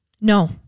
No